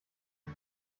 die